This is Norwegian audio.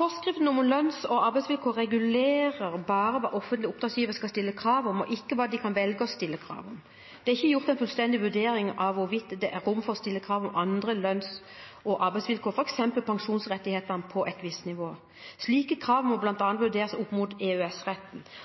Forskriften om lønns- og arbeidsvilkår regulerer bare hva offentlige oppdragsgivere skal stille krav om, ikke hva de kan velge å stille krav om. Det er ikke gjort en fullstendig vurdering av hvorvidt det er rom for å stille krav om andre lønns- og arbeidsvilkår, f.eks. pensjonsrettighetene på et visst nivå. Slike krav må bl.a. vurderes opp mot